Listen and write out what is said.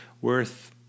worth